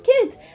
kids